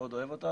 מאוד אוהב אותה,